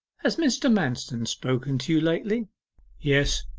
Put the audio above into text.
has mr. manston spoken to you lately yes,